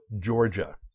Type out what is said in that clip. Georgia